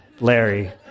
Larry